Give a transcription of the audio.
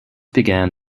began